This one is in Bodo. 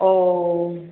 औऔ